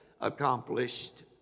accomplished